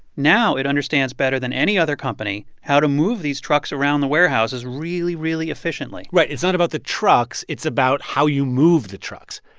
now it understands better than any other company how to move these trucks around the warehouses really, really efficiently right, it's not about the trucks it's about how you move the trucks.